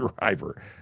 driver